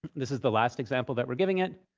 this is the last example that we're giving it.